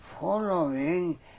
following